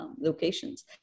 locations